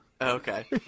Okay